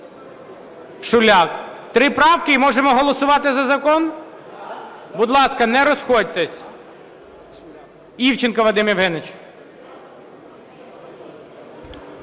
Шуляк. Три правки і можемо голосувати за закон? Будь ласка, не розходьтесь. Івченко Вадим Євгенович.